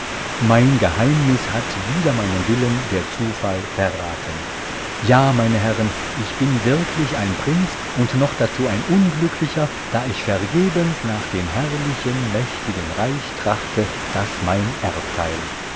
mein geheimnis hat wider meinen willen der zufall verraten ja meine herrn ich bin wirklich ein prinz und noch dazu ein unglücklicher da ich vergebens nach dem herrlichen mächtigen reich trachte das mein erbteil